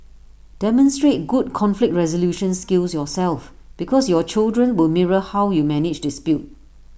demonstrate good conflict resolution skills yourself because your children will mirror how you manage dispute